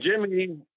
Jimmy